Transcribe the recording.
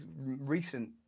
recent